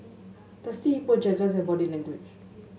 Thirsty Hippo Jergens and Body Language